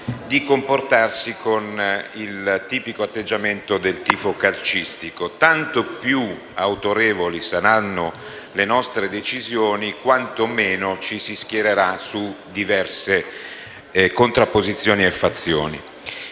di comportarsi con il tipico atteggiamento del tifo calcistico: tanto più autorevoli saranno le nostre decisioni, quanto meno ci si schiererà su diverse contrapposizioni e fazioni.